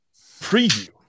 preview